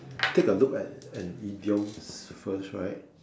take a look at an idiom first right